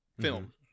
film